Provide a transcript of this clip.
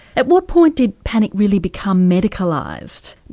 at what point did panic really become medicalised?